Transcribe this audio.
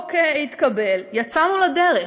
החוק התקבל, יצאנו לדרך,